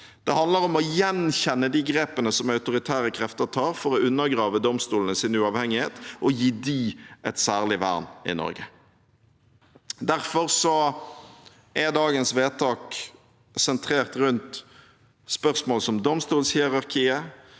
Det handler om å gjenkjenne de grepene som autoritære krefter tar for å undergrave domstolenes uavhengighet og gi dem et særlig vern i Norge. Derfor er dagens vedtak sentrert rundt spørsmål som domstolhierarkiet,